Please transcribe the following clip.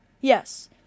Yes